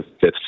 fifth